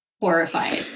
horrified